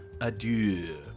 adieu